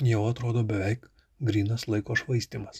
jau atrodo beveik grynas laiko švaistymas